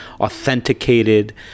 authenticated